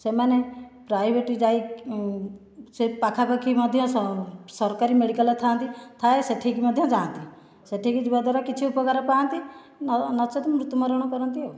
ସେମାନେ ପ୍ରାଇଭେଟ୍ ଯାଇ ସେ ପାଖାପାଖି ମଧ୍ୟ ସ୍ ସରକାରୀ ମେଡ଼ିକାଲ ଥାଆନ୍ତି ଥାଏ ସେଠିକି ମଧ୍ୟ ଯାଆନ୍ତି ସେଠିକି ଯିବାଦ୍ୱାରା କିଛି ଉପକାର ପାଆନ୍ତି ଆଉ ନଚେତ୍ ମୃତ୍ୟୁବରଣ କରନ୍ତି ଆଉ